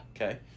Okay